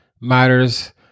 matters